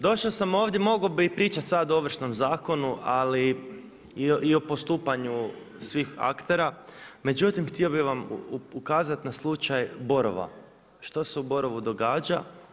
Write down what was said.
Došao sam ovdje mogao bi pričati sada o Ovršnom zakonu i o postupanju svih aktera, međutim htio bih vam ukazati na slučaj Borova, što se u Borovu događa.